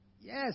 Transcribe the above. Yes